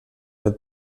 del